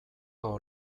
hau